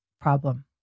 problem